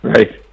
Right